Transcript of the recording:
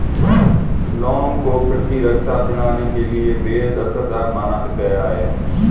लौंग को प्रतिरक्षा प्रणाली के लिए बेहद असरदार माना गया है